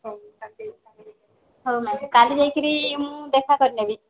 ହଉ ମ୍ୟାମ୍ କାଲି ଯାଇକିରି ମୁଁ ଦେଖା କରିନେବି